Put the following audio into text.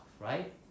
right